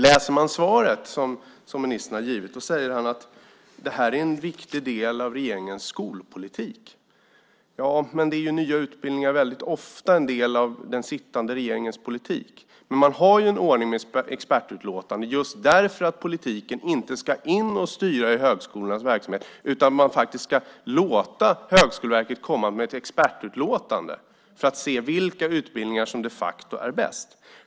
I ministerns svar säger han att detta är en viktig del av regeringens skolpolitik. Ja - men nya utbildningar är väldigt ofta en del av den sittande regeringens politik, och man har en ordning med expertutlåtande just för att politiken inte ska in och styra i högskolornas verksamhet. Man ska i stället låta Högskoleverket komma med ett expertutlåtande för att se vilka utbildningar som de facto är bäst.